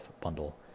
bundle